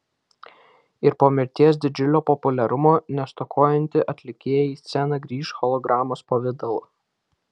ir po mirties didžiulio populiarumo nestokojanti atlikėja į sceną grįš hologramos pavidalu